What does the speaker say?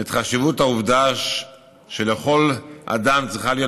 ואת חשיבות העובדה שלכל אדם צריכה להיות